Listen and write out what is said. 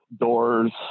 doors